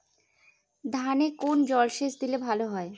ধানে কোন জলসেচ দিলে ভাল হয়?